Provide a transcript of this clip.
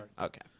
okay